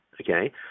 okay